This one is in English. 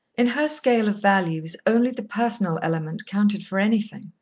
in her scale of values, only the personal element counted for anything.